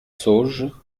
sauges